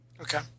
Okay